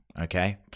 Okay